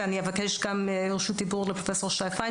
ואני אבקש גם רשות דיבור לשי פיין